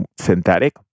synthetic